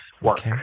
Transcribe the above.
work